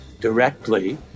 directly